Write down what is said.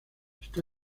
está